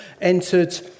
entered